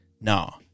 no